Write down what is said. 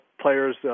players